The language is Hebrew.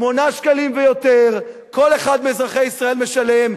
8 שקלים ויותר כל אחד מאזרחי ישראל משלם,